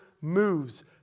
moves